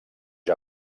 seu